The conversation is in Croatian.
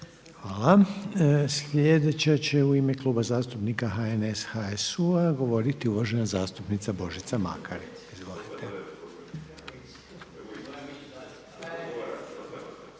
Hvala. Sljedeća će u ime Kluba zastupnika HNS, HSU-a govoriti uvažena zastupnica Božica Makar. Izvolite.